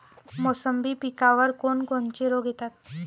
मोसंबी पिकावर कोन कोनचे रोग येतात?